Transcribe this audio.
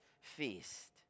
feast